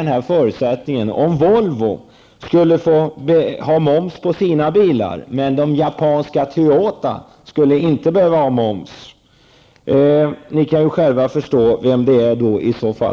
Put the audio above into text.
en jämförelse. Om Volvo skulle ha moms på sina bilar, medan japanska Toyota inte skulle ha det, kan ni själva förstå vem som skulle få sälja bilar.